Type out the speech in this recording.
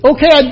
Okay